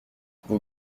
vous